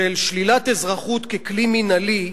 של שלילת אזרחות ככלי מינהלי,